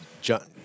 John